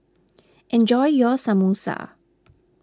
enjoy your Samosa